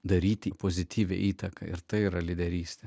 daryti pozityvią įtaką ir tai yra lyderystė